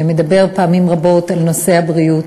שמדבר פעמים רבות על נושא הבריאות,